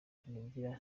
niringiye